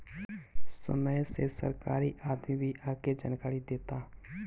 समय से सरकारी आदमी भी आके जानकारी देता